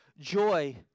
Joy